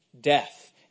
Death